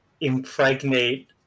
impregnate